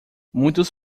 muitos